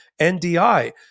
NDI